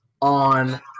on